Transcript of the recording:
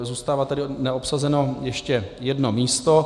Zůstává tedy neobsazeno ještě jedno místo.